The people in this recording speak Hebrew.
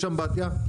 יש אמבטיה,